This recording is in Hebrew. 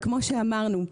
כמו שאמרנו,